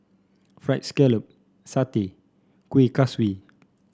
fried scallop satay Kuih Kaswi